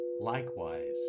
likewise